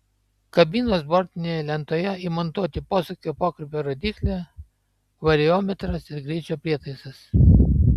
kabinos bortinėje lentoje įmontuoti posūkio pokrypio rodyklė variometras ir greičio prietaisas